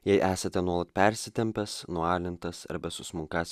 jei esate nuolat persitempęs nualintas arba susmunkąs